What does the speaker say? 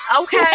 Okay